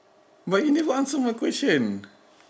but you never answer my question